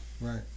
Right